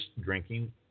drinking